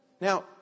Now